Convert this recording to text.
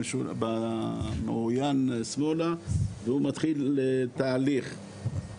במעוין שמאלה והוא מתחיל תהליך.